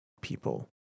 people